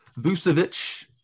Vucevic